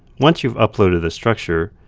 once you've uploaded a structure,